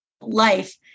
life